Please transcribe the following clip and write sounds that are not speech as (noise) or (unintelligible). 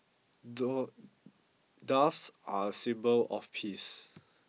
(unintelligible) Doves are a symbol of peace